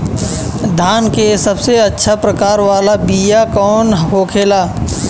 धान के सबसे अच्छा प्रकार वाला बीया कौन होखेला?